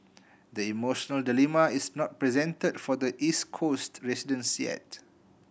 the emotion dilemma is not present for the East Coast residents yet